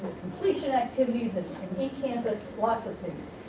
completion activities, and ecampus, lots of things.